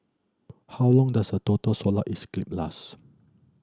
how long does a total solar last